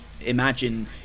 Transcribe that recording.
imagine